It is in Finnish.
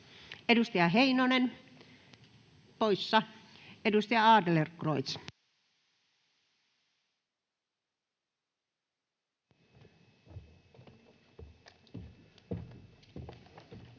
Edustaja Heinonen poissa. — Edustaja Adlercreutz.